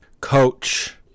Coach